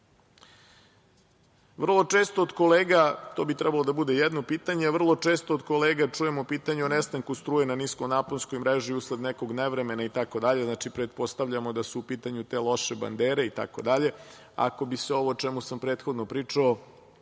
Vrlo često od kolega, to bi trebalo da bude jedno pitanje, vrlo često od kolega čujemo pitanje o nestanku struje na niskonaponskoj mreži usled nekog nevremena. Znači, pretpostavljamo da su te loše bandere i tako dalje, ako bi se ovo o čemu sam prethodno pričao